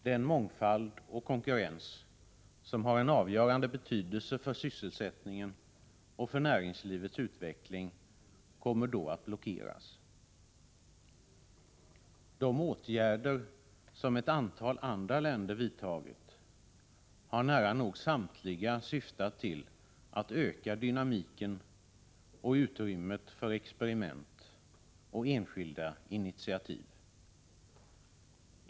Den mångfald och konkurrens som har en avgörande betydelse för sysselsättningen och för näringslivets utveckling kommer då att blockeras. De åtgärder som ett antal andra länder vidtagit har nära nog samtliga syftat till att öka dynamiken och utrymmet för experiment och enskilda initiativ.